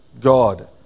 God